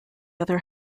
other